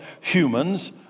humans